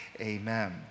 amen